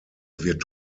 wird